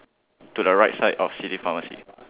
to the right side of city pharmacy